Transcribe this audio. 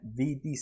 VDC